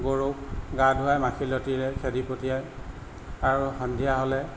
গৰুক গা ধুৱাই মাখিলতিৰে খেদি পঠিয়ায় আৰু সন্ধিয়া হ'লে